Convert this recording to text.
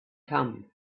come